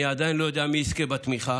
אני עדיין לא יודע מי יזכה בתמיכה,